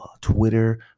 Twitter